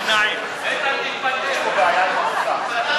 יש פה בעיה עם המסך.